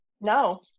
No